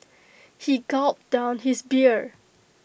he gulped down his beer